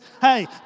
Hey